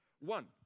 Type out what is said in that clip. One